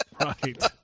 Right